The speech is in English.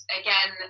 again